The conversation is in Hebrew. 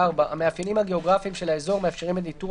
(4)המאפיינים הגאוגרפיים של האזור מאפשרים את ניטור